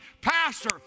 Pastor